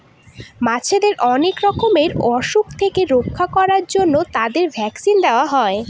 মাছেদের অনেক রকমের অসুখ থেকে রক্ষা করার জন্য তাদের ভ্যাকসিন দেওয়া হয়